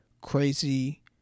Crazy